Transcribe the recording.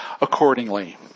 accordingly